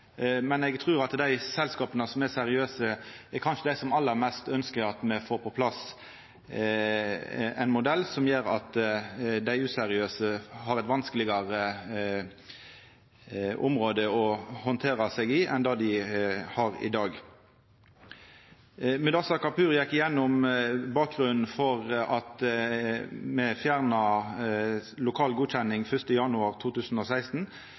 Men eg trur at dei selskapa som er seriøse, kanskje er dei som aller mest ønskjer at me får på plass ein modell som gjer at dei useriøse har eit vanskelegare område å handtera enn det dei har i dag. Mudassar Kapur gjekk igjennom bakgrunnen for at me fjerna lokal godkjenning den 1. januar 2016.